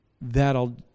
That'll